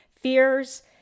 fears